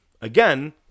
again